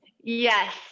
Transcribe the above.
yes